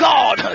God